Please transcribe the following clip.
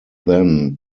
then